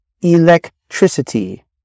electricity